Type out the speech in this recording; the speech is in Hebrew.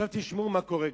תשמעו מה קורה.